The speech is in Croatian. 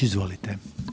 Izvolite.